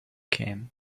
came